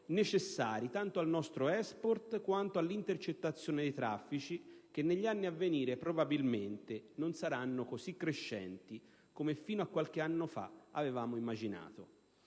necessari tanto al nostro *export*, quanto all'intercettazione dei traffici, che negli anni a venire probabilmente non saranno così crescenti come fino a qualche anno fa avevamo immaginato.